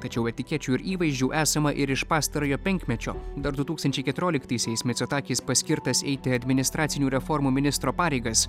tačiau etikečių ir įvaizdžių esama ir iš pastarojo penkmečio dar du tūkstančiai keturioliktaisiais micotakis paskirtas eiti administracinių reformų ministro pareigas